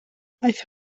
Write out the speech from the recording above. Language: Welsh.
aeth